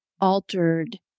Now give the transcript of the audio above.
altered